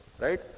right